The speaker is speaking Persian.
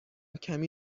کمی